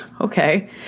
Okay